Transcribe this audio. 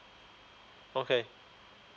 okay